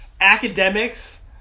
academics